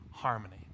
harmony